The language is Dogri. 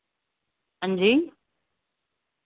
हांजी